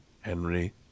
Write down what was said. Henry